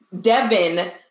Devin